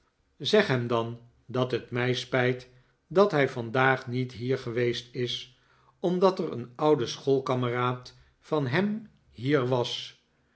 zeg hem dan dat het mij spijt dat hij vandaag niet hier geweest is omdat er een oude schoolkameraad van hem hier was